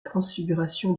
transfiguration